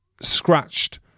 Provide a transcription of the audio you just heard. scratched